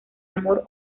amor